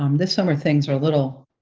um this summer things are a little